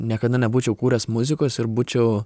niekada nebūčiau kūręs muzikos ir būčiau